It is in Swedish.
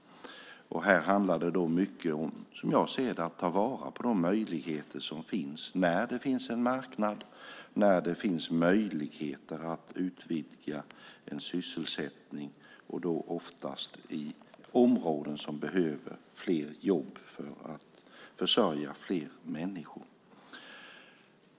Här handlar det, som jag ser det, mycket om att ta vara på de möjligheter som finns när det finns en marknad och när det finns möjligheter att utvidga en sysselsättning och då oftast i områden som behöver fler jobb för att försörja fler människor.